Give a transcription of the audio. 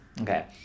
Okay